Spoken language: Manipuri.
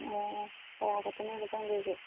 ꯑꯣ ꯋꯦꯌꯔ ꯈꯇꯅꯦꯕ ꯆꯪꯗꯣꯏꯁꯦ